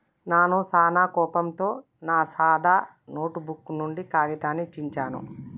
నాను సానా కోపంతో నా సాదా నోటుబుక్ నుండి కాగితాన్ని చించాను